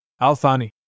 al-Thani